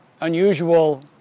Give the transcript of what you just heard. unusual